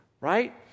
right